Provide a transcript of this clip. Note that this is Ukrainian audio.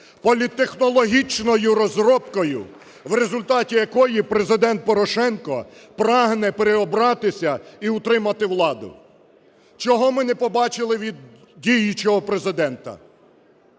політтехнологічною розробкою, в результаті якої Президент Порошенко прагне переобратися і утримати владу. Чого ми не побачили від діючого Президента?